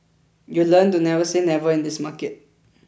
you learn to never say never in this market